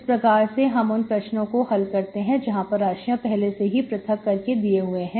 इस प्रकार से हम उन प्रश्नों को हल करते हैं जहां पर राशियां पहले से ही पृथक कर के दिए हुए हैं